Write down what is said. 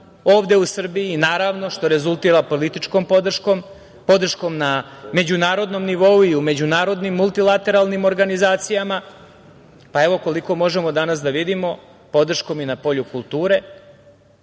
ovde u Srbiji, naravno, što rezultira političkom podrškom, podrškom na međunarodnom nivou i u međunarodnim multilateralnim organizacijama, a koliko možemo danas da vidimo, podrškom i na polju kulture,